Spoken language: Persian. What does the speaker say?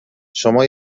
شما